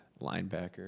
linebacker